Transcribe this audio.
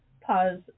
pause